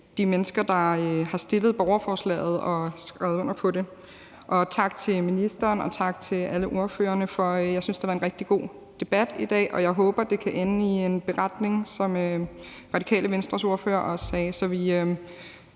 de mennesker, der har stillet borgerforslaget og skrevet under på det. Tak til ministeren, og tak til alle ordførerne. Jeg synes, det var en rigtig god debat i dag, og jeg håber, det kan ende med en beretning, som Radikale Venstres ordfører også sagde, så vi